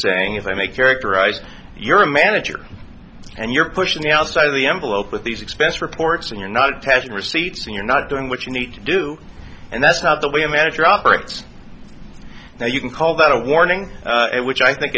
saying if i make characterized you're a manager and you're pushing the outside of the envelope with these expense reports and you're not testing receipts and you're not doing what you need to do and that's not the way a manager operates now you can call that a warning which i think